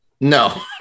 No